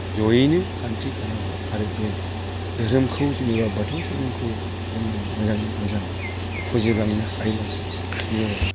जयैनो खान्थि खानांगौ आरो बे धोरोमखौ जेनेबा बाथौ धोरोमखौ जोङो मोजाङै मोजां फुजिलांनो हायोब्लासो